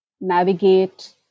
navigate